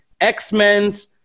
X-Men's